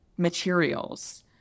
materials